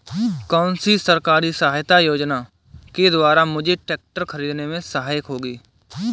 कौनसी सरकारी सहायता योजना के द्वारा मुझे ट्रैक्टर खरीदने में सहायक होगी?